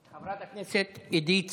חברת הכנסת עידית סילמן,